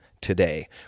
today